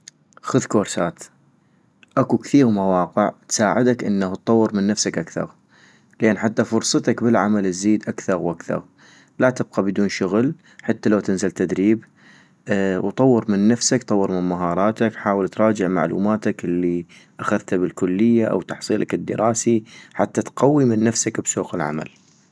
خذ كورسات ، اكو كثيغ مواقع تساعدك انو اطور من نفسك اكثغ ، لين حتى فرصتك بالعمل تزيد اكثغ واكثغ -لا تبقى بدون شغل حتى لو تنزل تدريب ، وطور من نفسك طور من مهاراتك حاول تراجع معلوماتك الي اخذتا بالكلية او تحصيلك الدراسي ، حتى تقوي من نفسك بسوق العمل